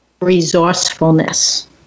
resourcefulness